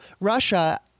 Russia